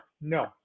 no